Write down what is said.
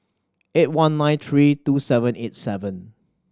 eight one nine three two seven eight seven